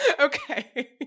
Okay